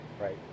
Right